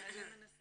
באמת